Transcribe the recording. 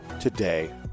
today